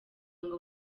ngo